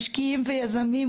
משקיעים ויזמים,